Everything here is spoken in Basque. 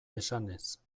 esanez